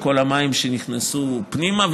וכל המים שנכנסו פנימה.